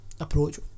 approach